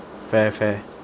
fair fair